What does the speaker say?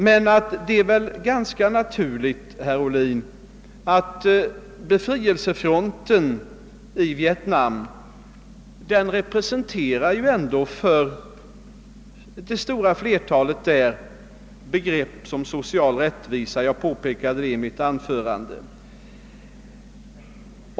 Det är väl emellertid ganska naturligt, herr Ohlin, att befrielsefronten i Vietnam för det stora flertalet människor där representerar begrepp som social rättvisa — jag påpekade det i mitt tidigare anförande.